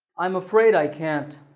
i'm afraid i can't.